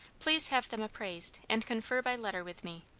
please have them appraised, and confer by letter with me.